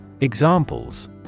Examples